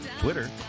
Twitter